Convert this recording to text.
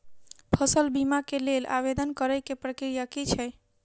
फसल बीमा केँ लेल आवेदन करै केँ प्रक्रिया की छै?